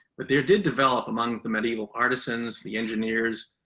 but there did develop among the medieval artisans, the engineers,